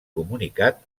comunicat